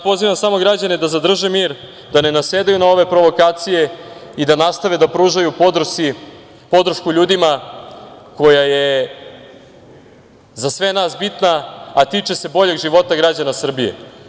Pozivam samo građane da zadrže mir, da ne nasedaju na ove provokacije i da nastave da pružaju podršku ljudima koja je za sve nas bitna, a tiče se boljeg života građana Srbije.